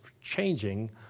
changing